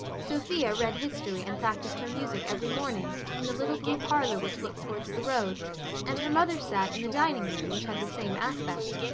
sophia read history and practised her music every morning in the little blue parlour which looked towards the road and her mother sat in the dining-room, which had the same aspect.